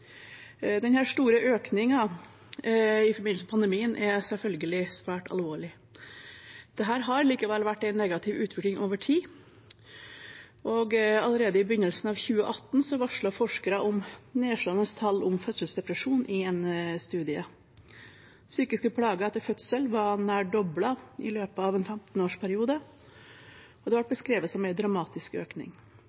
store økningen i forbindelse med pandemien er selvfølgelig svært alvorlig. Dette har likevel vært en negativ utvikling over tid. Allerede i begynnelsen av 2018 varslet forskere om nedslående tall for fødselsdepresjon i en studie. Psykiske plager etter fødsel var nær doblet i løpet av en 15-årsperiode, og det